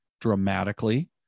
dramatically